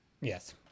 Yes